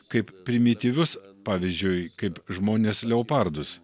kaip primityvius pavyzdžiui kaip žmones leopardus